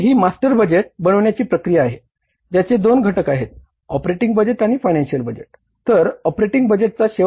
तर ही master budget